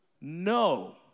No